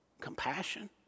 compassion